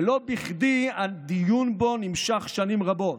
ולא בכדי הדיון בו נמשך שנים רבות.